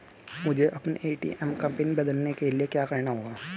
मुझे अपने ए.टी.एम का पिन बदलने के लिए क्या करना होगा?